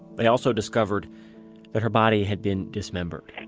they also discovered that her body had been dismembered.